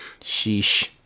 Sheesh